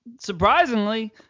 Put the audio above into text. surprisingly